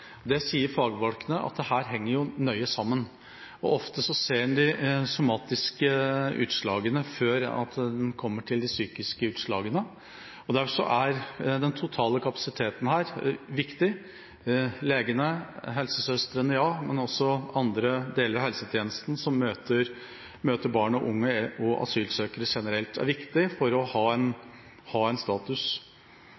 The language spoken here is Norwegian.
sier at dette henger nøye sammen, og ofte ser en de somatiske utslagene før det kommer til de psykiske. Derfor er den totale kapasiteten her viktig: legene, helsesøstrene og også andre deler av helsetjenesten som møter barn og unge og asylsøkere generelt. Det er viktig for å ha en